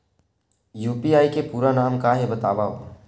UPI के पूरा नाम का हे बतावव?